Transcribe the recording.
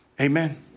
Amen